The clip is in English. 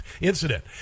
incident